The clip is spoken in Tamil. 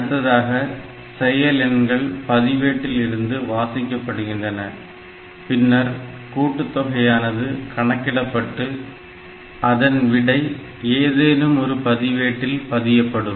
அடுத்ததாக செயல் எண்கள் பதிவேட்டில்இருந்து வாசிக்கப்படுகின்றன பின்னர் கூட்டு தொகையானது கணக்கிடப்பட்டு அதன் விடை ஏதேனுமொரு பதிவேட்டில் பதியப்படும்